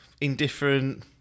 indifferent